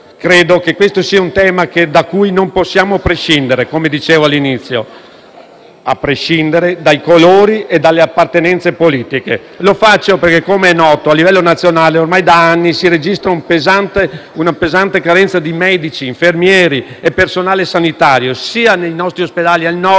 Credo che questo sia un tema da cui non possiamo prescindere, come dicevo all'inizio, indipendentemente dai colori e dalle appartenenze politiche. Lo faccio perché, come è noto, a livello nazionale ormai da anni si registra una pesante carenza di medici, infermieri e personale sanitario, sia nei nostri ospedali al Nord